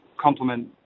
complement